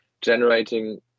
generating